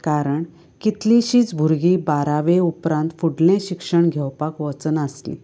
कारण कितलींशींच भुरगीं बारावे उपरांत फुडलें शिक्षण घेवपाक वचनासलीं